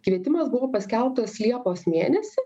kvietimas buvo paskelbtas liepos mėnesį